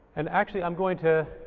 and actually i'm going to